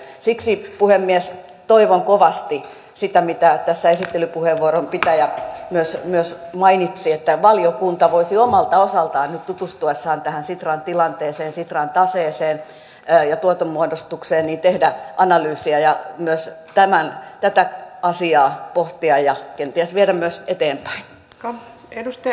siksi puhemies toivon kovasti sitä mitä tässä esittelypuheenvuoron pitäjä myös mainitsi että valiokunta voisi omalta osaltaan nyt tutustuessaan sitran tilanteeseen sitran taseeseen ja tuoton muodostukseen tehdä analyysia ja myös tätä asiaa pohtia ja kenties viedä myös eteenpäin